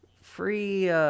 free